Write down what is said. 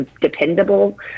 dependable